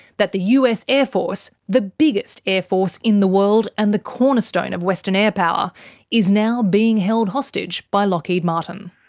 that the us air force the biggest air force in the world and the cornerstone of western air power is now being held hostage by lockheed martin.